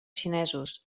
xinesos